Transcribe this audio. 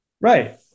right